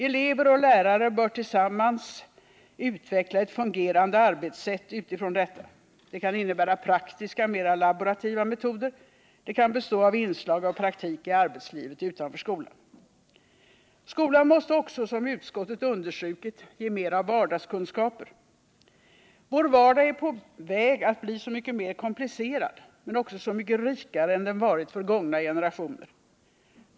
Elever och lärare bör tillsammans utveckla ett fungerande arbetssätt utifrån detta. Det kan innebära praktiska, mer laborativa metoder. Det kan bestå av inslag av praktik i arbetslivet utanför skolan. Skolan måste också, som utskottet understrukit, ge mer av vardagskunskaper. Vår vardag är på väg att bli så mycket mer komplicerad, men också så mycket rikare än den varit för gångna generationer.